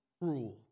rule